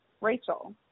Rachel